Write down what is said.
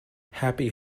happy